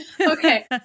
Okay